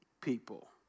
people